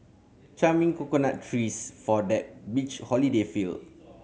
charming coconut trees for that beach holiday feel